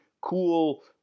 cool